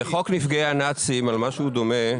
בחוק נפגעי הנאצים על משהו דומה,